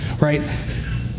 right